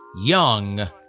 Young